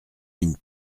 mine